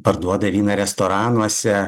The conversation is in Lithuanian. parduoda vyną restoranuose